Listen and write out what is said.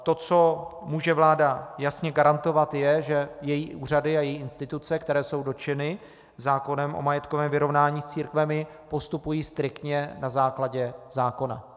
To, co může vláda jasně garantovat, je, že její úřady a její instituce, které jsou dotčeny zákonem o majetkovém vyrovnání s církvemi, postupují striktně na základě zákona.